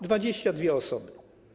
22 osoby.